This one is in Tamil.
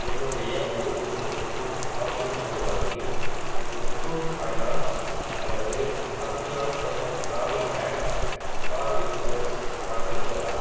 என்னுடைய முழு குடும்பத்துக்கும் காப்பீடு பெறும் வகையில் முத்தூட் ஃபைனான்ஸ் அல்லது Madhyanchal Gramin bank car insurance வழங்குகிறதா